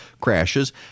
crashes